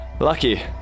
Lucky